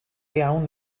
iawn